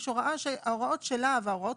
יש הוראה שההוראות שלה הבהרות,